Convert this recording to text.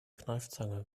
kneifzange